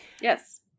yes